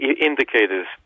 indicators